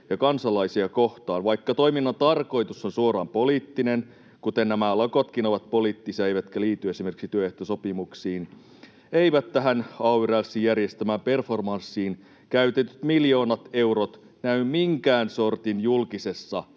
ja kansalaisia kohtaan, vaikka toiminnan tarkoitus on suoraan poliittinen, kuten nämä lakotkin ovat poliittisia eivätkä liity esimerkiksi työehtosopimuksiin. Eivät tähän ay-rälssin järjestämään performanssiin käytetyt miljoonat eurot näy minkään sortin julkisessa